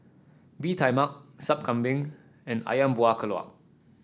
Bee Tai Mak Sup Kambing and ayam Buah Keluak